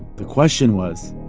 the question was,